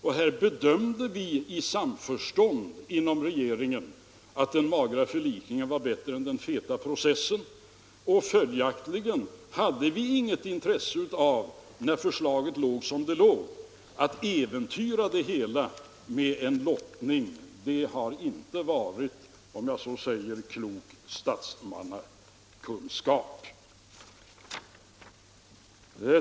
Vi bedömde det så i samförstånd inom regeringen att den magra förlikningen var bättre än den feta processen, och följaktligen hade vi inget intresse, när förslaget låg som det låg, av att äventyra det hela med en lottning. Det hade inte varit, om jag så säger, klokt statsmannaskap.